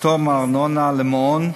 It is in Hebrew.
(פטור מארנונה למעון),